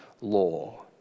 law